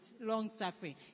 long-suffering